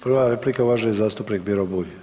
Prav replika uvaženi zastupnik Miro Bulj.